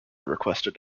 requested